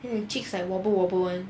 then the cheeks like wobble wobble [one]